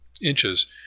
inches